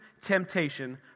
temptation